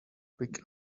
big